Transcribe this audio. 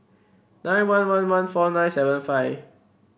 nine one one one four nine seven five